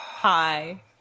Hi